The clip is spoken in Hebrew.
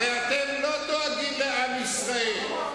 הרי אתם לא דואגים לעם ישראל,